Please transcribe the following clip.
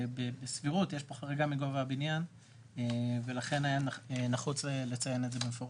בסבירות יש פה חריגה מגובה הבנין ולכן היה נחוץ לציין את זה במפורש.